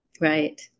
Right